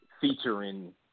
featuring